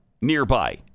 nearby